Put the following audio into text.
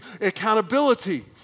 accountability